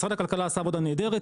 משרד הכלכלה עשה עבודה נהדרת,